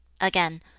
again,